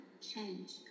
change